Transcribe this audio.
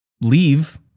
leave